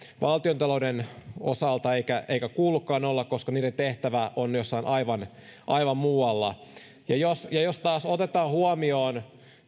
valtiontalouden osalta eikä kuulukaan olla koska niiden tehtävä on jossain aivan aivan muualla ja jos ja jos taas otetaan huomioon